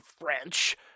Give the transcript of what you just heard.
French